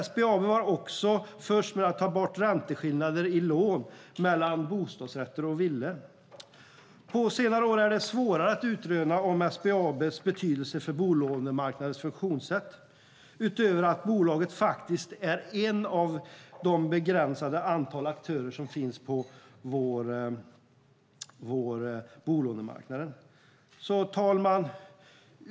SBAB var också först med att ta bort ränteskillnader i lån mellan bostadsrätter och villor. På senare år är det svårare att utröna SBAB:s betydelse för bolånemarknadens funktionssätt, utöver att bolaget faktiskt är en aktör bland ett begränsat antal aktörer som finns på bolånemarknaden. Herr talman!